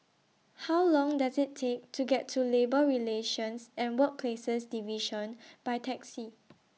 How Long Does IT Take to get to Labour Relations and Workplaces Division By Taxi